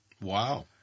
Wow